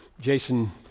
Jason